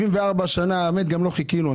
74 שנה לא חיכינו.